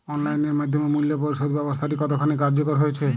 Online এর মাধ্যমে মূল্য পরিশোধ ব্যাবস্থাটি কতখানি কার্যকর হয়েচে?